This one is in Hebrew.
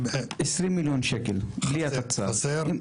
חסר 20 מיליון שקל בלי התצ"ר.